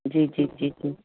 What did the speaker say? जी जी जी जी